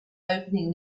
opening